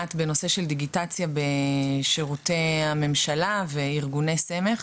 מעט בנושא של דיגיטציה בשירותי הממשלה וארגוני סמך.